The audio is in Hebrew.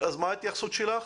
מה ההתייחסות שלך?